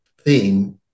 theme